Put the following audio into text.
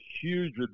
huge